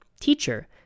Teacher